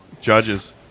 judges